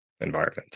environment